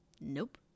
Nope